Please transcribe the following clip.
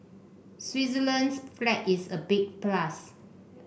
switzerland's flag is a big plus